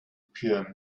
pure